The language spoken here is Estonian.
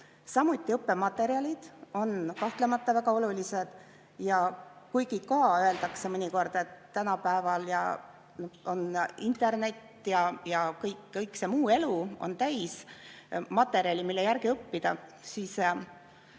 Samuti õppematerjalid on kahtlemata väga olulised. Kuigi ka öeldakse mõnikord, et tänapäeval on internet ja kõik see muu elu täis materjali, mille järgi õppida, on